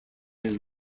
his